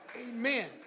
Amen